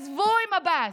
עזבו עם עבאס,